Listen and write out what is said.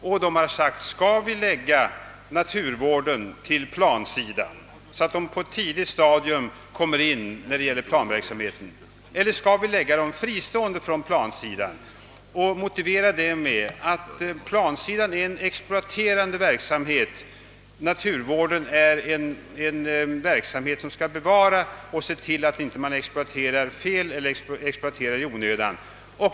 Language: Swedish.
Man har frågat sig, om naturvården i länsstyrelsen skulle läggas över på planeringssidan så att naturvårdsfrågorna på ett tidigt stadium skulle komma med i planeringsverksamheten, eller om naturvårdsfrågorna skulle behandlas fristående. Konfliktanledning kan uppkomma genom att planeringssidan är en exploaterande verksamhet, medan naturvården har till uppgift att se till att det inte exploateras fel eller i onödan.